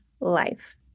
life